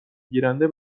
گیرنده